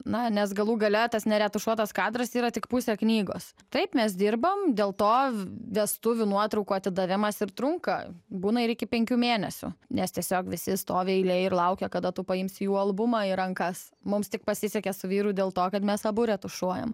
na nes galų gale tas neretušuotas kadras yra tik pusė knygos taip mes dirbam dėl to vestuvių nuotraukų atidavimas ir trunka būna ir iki penkių mėnesių nes tiesiog visi stovi eilėj ir laukia kada tu paimsi jų albumą į rankas mums tik pasisekė su vyru dėl to kad mes abu retušuojam